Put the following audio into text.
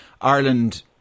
Ireland